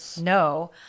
no